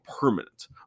permanent